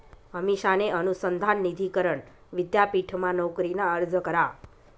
अमिषाने अनुसंधान निधी करण विद्यापीठमा नोकरीना अर्ज करा